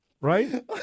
Right